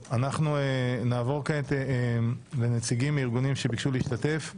אנחנו נעבור כעת לנציגים מארגונים שביקשו להשתתף ולדבר.